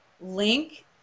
link